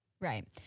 Right